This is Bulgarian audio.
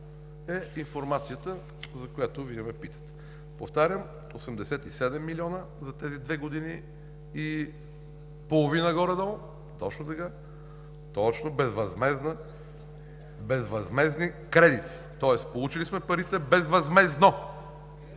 е информацията, за която Вие ме питате. Повтарям, 87 милиона за тези две години и половина горе-долу, точно така, точно безвъзмездни кредити. Тоест получили сме парите безвъзмездно.